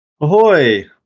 Ahoy